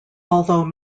although